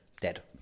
dead